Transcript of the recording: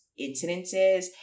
incidences